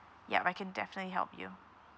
yup I can definitely help you